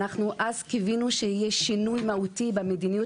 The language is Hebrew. אנחנו אז קיווינו שיהיה שינוי מהותי במדיניות